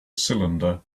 cylinder